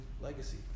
legacy